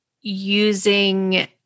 using